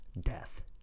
death